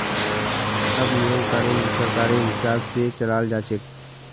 सब नियम कानून सरकारेर हिसाब से चलाल जा छे